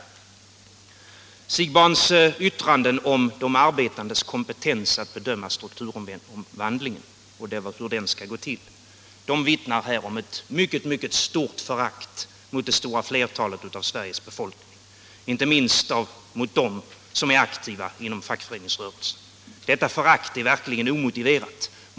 Herr Siegbahns yttranden om de arbetandes kompetens för att bedöma strukturomvandlingen och hur den skall gå till vittnar om ett mycket stort förakt för det stora flertalet av Sveriges befolkning, inte minst för dem som är aktiva inom fackföreningsrörelsen. Detta förakt är verkligen omotiverat.